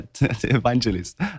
evangelist